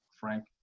Frank